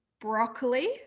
broccoli